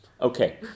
Okay